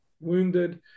wounded